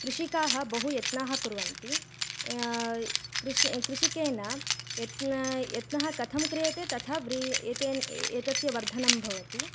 कृषिकाः बहु यत्नं कुर्वन्ति कृषे कृषिकेन यत्नः यत्नः कथं क्रियते तथा व्रीहिः एतेन एतस्य वर्धनं भवति